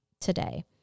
today